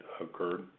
occurred